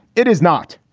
it is not.